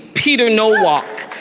peter nowalk,